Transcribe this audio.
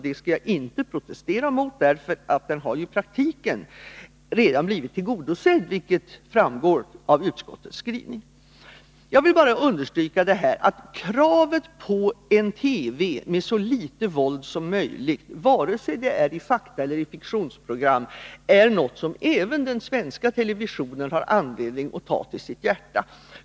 Det skall jag inte protestera mot, eftersom motionen i praktiken redan blivit tillgodosedd, vilket också framgår av utskottets skrivning. Jag vill bara understryka att kravet på en TV med så litet våld som möjligt, vare sig det gäller faktaeller fiktionsprogram, är något som även den svenska televisionen har anledning att göra till sin hjärtesak.